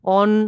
on